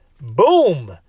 Boom